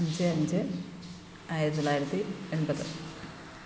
അഞ്ച് അഞ്ച് ആയിരത്തി തൊള്ളായിരത്തി എൺപത്